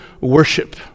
worship